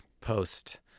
post